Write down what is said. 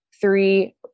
three